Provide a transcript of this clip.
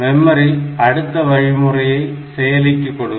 memory அடுத்த வழிமுறையை செயலிக்கு கொடுக்கும்